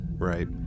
right